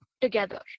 together